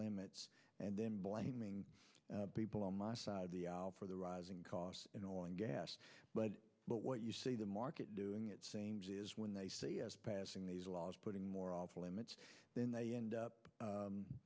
limits and then blaming people on my side of the aisle for the rising costs in oil and gas but what you see the market doing it seems is when they see as passing these laws putting more off limits then they end